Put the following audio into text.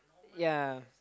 ya